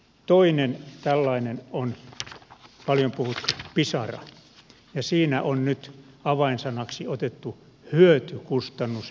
toinen tällainen on paljon puhuttu pisara ja siinä on nyt avainsanaksi otettu hyötykustannusindeksi